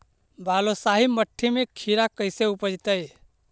बालुसाहि मट्टी में खिरा कैसे उपजतै?